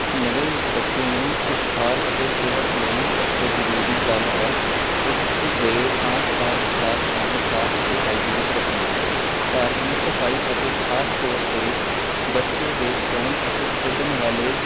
ਨਵੇਂ ਬੱਚੇ ਨੂੰ ਖੁਸ਼ਹਾਲ ਅਤੇ ਸਿਹਤ ਲਈ ਸਭ ਤੋਂ ਜ਼ਰੂਰੀ ਗੱਲ ਹੈ ਉਸ ਦੇ ਆਸ ਪਾਸ ਦਾ ਸਥਾਨ ਸਾਫ਼ ਅਤੇ ਹਾਈਜੀਨਿਕ ਰੱਖਣਾ ਘਰ ਦੀ ਸਫਾਈ ਅਤੇ ਖ਼ਾਸ ਤੌਰ 'ਤੇ ਬੱਚੇ ਦੇ ਸੌਣ ਅਤੇ ਖੇਡਣ ਵਾਲੇ